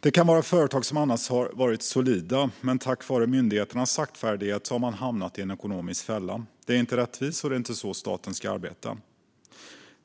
Det kan handla om företag som annars hade varit solida men på grund av myndigheters saktfärdighet hamnat i en ekonomisk fälla. Det är inte rättvist. Det är inte så staten ska arbeta.